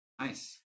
nice